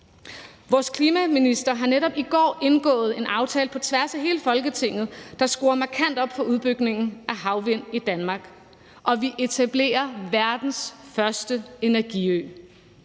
Vores klimaminister har netop i går indgået en aftale på tværs af hele Folketinget, der skruer markant op for udbygningen af havvindmøllekapaciteten i Danmark, og vi etablerer verdens første energiø.